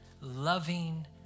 loving